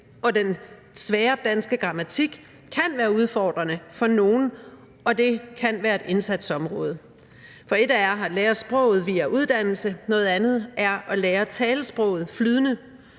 og den svære danske grammatik kan være udfordrende for nogle, og det kan være et indsatsområde. For et er at lære sproget via uddannelse, noget andet er at lære at tale sproget flydende.